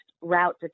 route